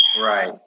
Right